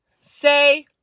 Say